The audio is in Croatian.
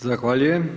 Zahvaljujem.